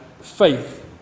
faith